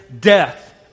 death